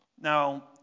Now